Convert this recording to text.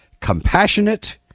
compassionate